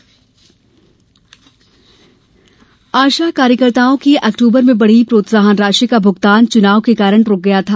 आशा राशि आशा कार्यकर्ताओं की अक्टूबर में बढ़ी प्रोत्साहन राशि का भुगतान चुनाव के कारण रूक गया था